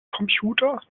computer